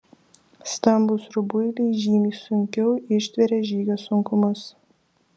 stambūs rubuiliai žymiai sunkiau ištveria žygio sunkumus